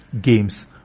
games